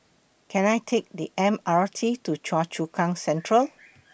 Can I Take The M R T to Choa Chu Kang Central